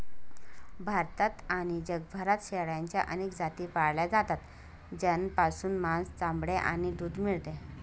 भारतात आणि जगभरात शेळ्यांच्या अनेक जाती पाळल्या जातात, ज्यापासून मांस, चामडे आणि दूध मिळते